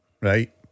Right